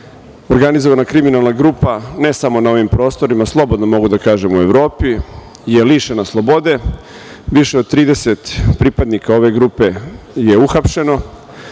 organizovana kriminalna grupa, ne samo na ovim prostorima, slobodno mogu da kažem i u Evropi, lišena je slobode. Više od 30 pripadnika ove grupe je uhapšeno